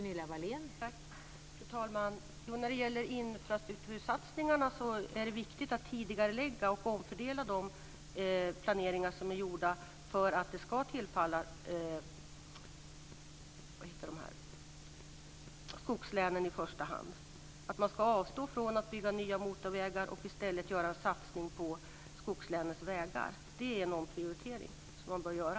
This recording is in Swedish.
Fru talman! När det gäller infrastruktursatsningarna är det viktigt att tidigarelägga och att göra en omfördelning vad gäller planeringar som är gjorda för att det här i första hand ska tillfalla skogslänen. Det handlar om att avstå från att bygga nya motorvägar för att i stället göra en satsning på skogslänens vägar. Det är en omprioritering som man bör göra.